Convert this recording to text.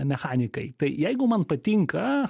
mechanikai tai jeigu man patinka